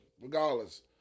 Regardless